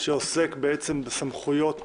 שעוסק בעצם בסמכויות